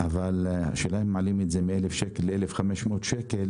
אבל השאלה אם מעלים את הקנס מ-1,000 ל-1,500 שקלים,